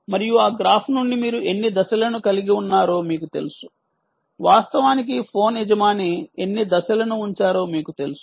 మరియు ఆ గ్రాఫ్ నుండి మీరు ఎన్ని దశలను కలిగి ఉన్నారో మీకు తెలుసు వాస్తవానికి ఫోన్ యజమాని ఎన్ని దశలను ఉంచారో మీకు తెలుసు